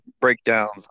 breakdowns